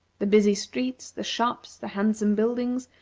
the busy streets, the shops, the handsome buildings,